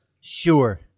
Sure